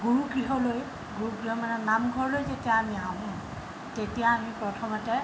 গুৰু গৃহলৈ গুৰুগৃহ মানে নামঘৰলৈ যেতিয়া আমি আহোঁ তেতিয়া আমি প্ৰথমতে